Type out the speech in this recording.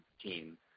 team